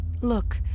Look